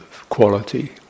quality